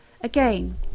again